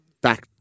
back